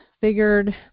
figured